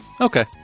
Okay